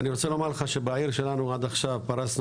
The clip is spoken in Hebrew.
אני רוצה לומר לך שבעיר שלנו עד עכשיו פרסנו